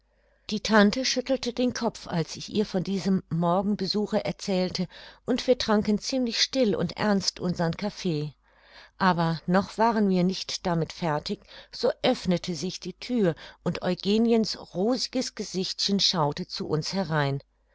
die tante schüttelte den kopf als ich ihr von diesem morgenbesuche erzählte und wir tranken ziemlich still und ernst unsern kaffee aber noch waren wir nicht damit fertig so öffnete sich die thür und eugeniens rosiges gesichtchen schaute zu uns herein